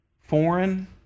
foreign